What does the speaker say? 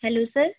hello sir